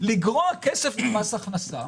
לגרו כסף ממס הכנסה?